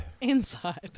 inside